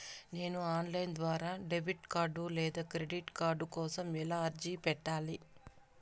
నేను online ద్వారా debit card లేదా క్రెడిట్ కార్డు కోసం ఎలా అర్జీ పెట్టాలి?